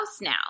now